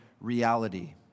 reality